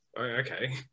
okay